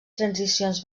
transicions